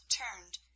turned